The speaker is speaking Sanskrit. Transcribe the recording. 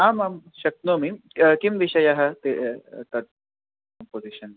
आम् आं शक्नोमि किं विषयः ते तत् कम्पोसिशन्